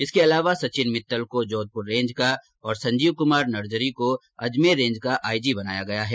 इसके अलावा सचिन मित्तल को जोधपुर रेंज का और संजीव कमार नर्जरी को अजमेर रेंज का आईजी बनाया गया है